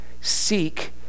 Seek